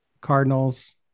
Cardinals